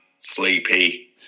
sleepy